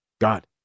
God